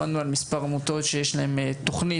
שמענו על מספר עמותות שיש להן תוכנית,